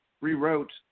rewrote